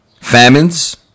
Famines